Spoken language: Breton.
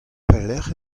pelecʼh